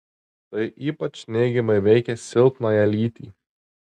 tai ypač neigiamai veikia silpnąją lytį